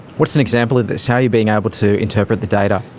what's an example of this, how are you being able to interpret the data?